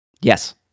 Yes